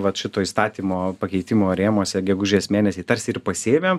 vat šito įstatymo pakeitimo rėmuose gegužės mėnesį tarsi ir pasiėmėm